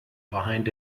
behind